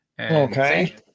Okay